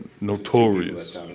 notorious